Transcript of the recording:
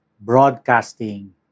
broadcasting